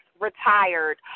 retired